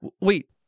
wait